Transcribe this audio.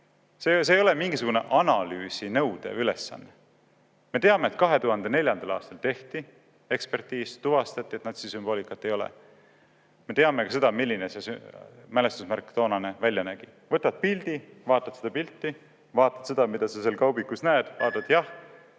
See ei ole mingisugune analüüsi nõudev ülesanne. Me teame, et 2004. aastal tehti ekspertiis ja tuvastati, et natsisümboolikat seal ei olnud. Me teame ka seda, milline see toonane mälestusmärk välja nägi. Võtad pildi, vaatad pilti, vaatad seda, mida sa seal kaubikus näed, ja